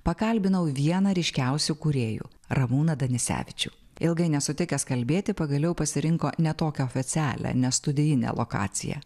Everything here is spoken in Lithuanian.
pakalbinau vieną ryškiausių kūrėjų ramūną danisevičių ilgai nesutikęs kalbėti pagaliau pasirinko ne tokią oficialią ne studijinę lokaciją